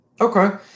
Okay